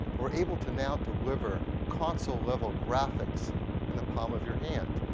we're able to now deliver console level graphics in the palm of your hand.